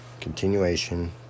Continuation